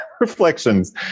reflections